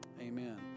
amen